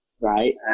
Right